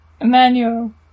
Emmanuel